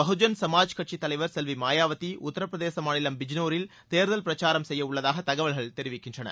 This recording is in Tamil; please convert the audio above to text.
பகுஜன் சமாஜ் கட்சித் தலைவர் செல்வி மாயாவதி உத்தரப்பிரதேச மாநிலம் பிஜ்னோரில் தேர்தல் பிரச்சாரம் செய்யவுள்ளதாக தகவல்கள் தெரிவிக்கின்றன